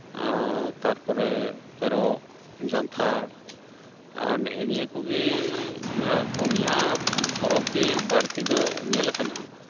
ᱛᱟᱨᱯᱚᱨᱮ ᱮᱨᱚᱜ ᱡᱟᱱᱛᱷᱟᱲ ᱟᱨ ᱱᱮᱜᱼᱮ ᱱᱤᱟᱹ ᱠᱚᱜᱮ ᱯᱩᱱᱭᱟ ᱯᱚᱨᱚᱵᱽ ᱜᱮ ᱵᱟᱹᱲᱛᱤ ᱫᱚ ᱧᱮᱞᱟᱠᱟᱱᱟ